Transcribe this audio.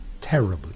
terribly